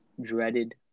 dreaded